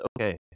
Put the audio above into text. okay